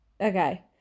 Okay